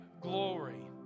glory